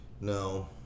No